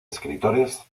escritores